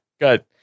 good